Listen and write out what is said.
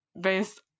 based